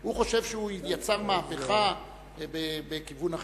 הוא חושב שהוא יצר מהפכה בכיוון אחר.